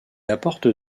apporte